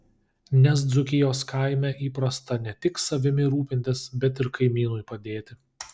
nes dzūkijos kaime įprasta ne tik savimi rūpintis bet ir kaimynui padėti